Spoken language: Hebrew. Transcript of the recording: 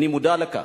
אני מודע לכך.